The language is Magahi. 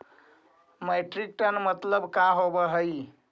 मीट्रिक टन मतलब का होव हइ?